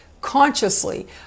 consciously